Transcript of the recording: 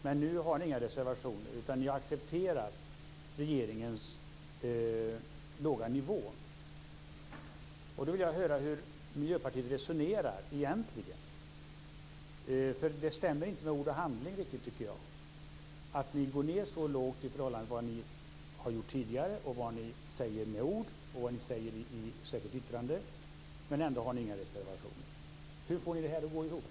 Men nu har ni inga reservationer, utan ni accepterar regeringens låga nivå. Då vill jag höra hur Miljöpartiet egentligen resonerar. Jag tycker inte att ord och handling stämmer. Ni går ned till en låg nivå i förhållande till tidigare. Men det stämmer inte med det som ni säger i ord och som ni säger i ert särskilda yttranden. Ändå har ni inga reservationer. Hur får ni detta att gå ihop?